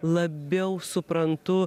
labiau suprantu